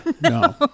No